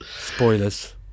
Spoilers